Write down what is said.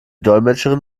dolmetscherin